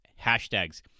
hashtags